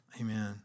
amen